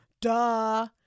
Duh